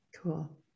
Cool